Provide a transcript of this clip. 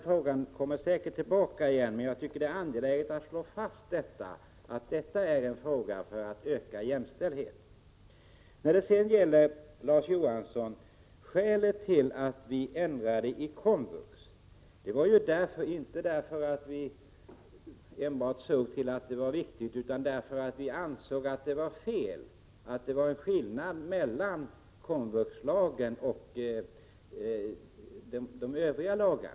Frågan kommer säkert tillbaka, men det är angeläget att slå fast att det gäller att öka jämställdheten. Skälet till att det gjordes ändringar i komvux, Larz Johansson, var att det var fel att det fanns en skillnad mellan komvuxlagen och övriga lagar.